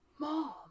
mom